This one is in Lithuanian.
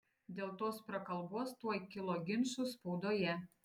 dėl tos prakalbos tuoj kilo ginčų spaudoje